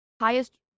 highest